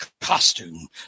costume